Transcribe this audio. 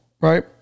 right